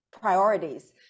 priorities